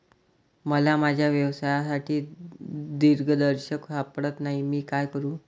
मला माझ्या व्यवसायासाठी दिग्दर्शक सापडत नाही मी काय करू?